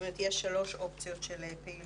זאת אומרת יש שלוש אופציות של פעילות.